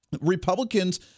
Republicans